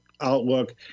outlook